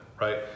right